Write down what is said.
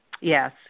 Yes